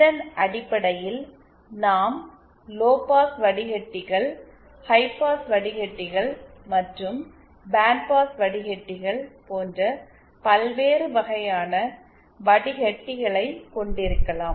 இதன் அடிப்படையில் நாம் லோபாஸ் வடிக்கட்டிகள் ஹைபாஸ் வடிக்கட்டிகள் மற்றும் பேண்ட்பாஸ் வடிக்கட்டிகள் போன்ற பல்வேறு வகையான வடிக்கட்டிகளைக் கொண்டிருக்கலாம்